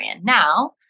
Now